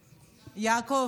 יעקב,